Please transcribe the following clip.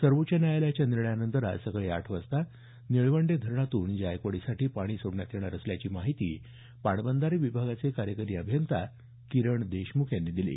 सर्वोच्च न्यायालयाच्या निर्णयानंतर आज सकाळी आठ वाजता निळवंडे धरणातून जायकवाडीसाठी पाणी सोडण्यात येणार असल्याची माहिती पाटबंधारे विभागाचे कार्यकारी अभियंता किरण देशमुख यांनी दिली